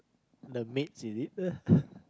the maids is it uh